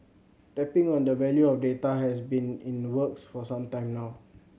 tapping on the value of data has been in the works for some time now